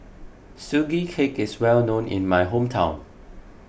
Sugee Cake is well known in my hometown